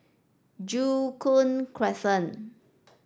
Joo Koon Crescent